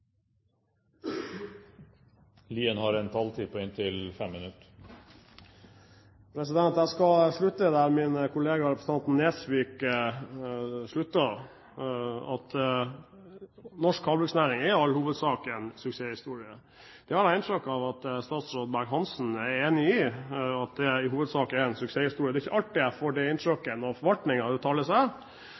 Jeg vil starte der min kollega representanten Nesvik sluttet, at norsk havbruksnæring i all hovedsak er en suksesshistorie. Jeg har inntrykk av at statsråd Berg-Hansen er enig i at det i hovedsak er en suksesshistorie. Det er ikke alltid jeg får det inntrykket når forvaltningen uttaler seg,